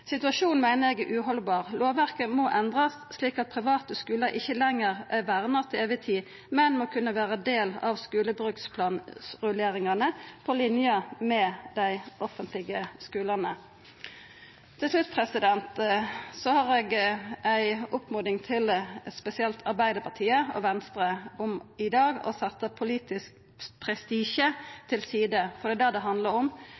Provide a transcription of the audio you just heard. Eg meiner situasjonen er uhaldbar. Lovverket må endrast slik at private skular ikkje lenger er verna til evig tid, men må kunna vera del av skulebruksplanrulleringane på linje med dei offentlege skulane. Til slutt har eg ei oppmoding til spesielt Arbeidarpartiet og Venstre om i dag å setja politisk prestisje til side. For det er det det handlar om.